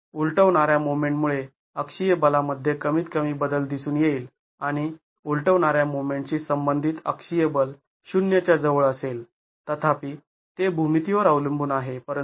तर उलटवणाऱ्या मोमेंटमुळे अक्षीय बलामध्ये कमीत कमी बदल दिसून येईल किंवा उलटवणाऱ्या मोमेंटशी संबंधित अक्षीय बल ० च्या जवळ असेल तथापि ते भूमितीवर अवलंबून आहे